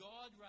God